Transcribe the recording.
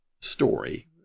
story